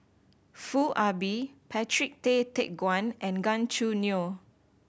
Foo Ah Bee Patrick Tay Teck Guan and Gan Choo Neo